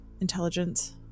intelligence